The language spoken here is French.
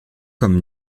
comme